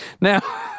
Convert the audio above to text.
Now